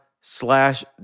slash